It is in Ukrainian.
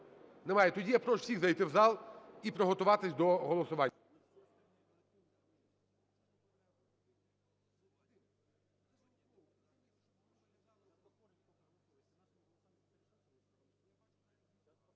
Немає. Тоді я прошу всіх зайти в зал і приготуватись до голосування.